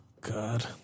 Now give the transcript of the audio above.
god